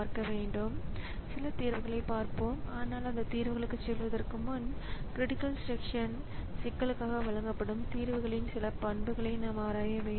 எனவே அது divide by 0 error ஏற்பட்டதாகக் கூறி கட்டுப்பாட்டை மீண்டும் ஆப்பரேட்டிங் ஸிஸ்டத்திற்கு மாற்ற வேண்டும் பின்னர் ஆப்பரேட்டிங் ஸிஸ்டம் தகுந்த நடவடிக்கை எடுக்க வேண்டும்